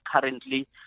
currently